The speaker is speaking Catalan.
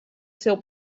seu